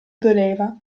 doleva